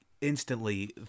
instantly